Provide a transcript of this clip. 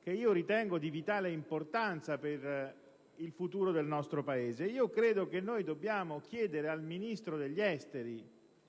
che ritengo di vitale importanza per il futuro del nostro Paese: penso che dobbiamo chiedere al ministro degli affari